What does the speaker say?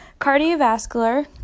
Cardiovascular